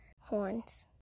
horns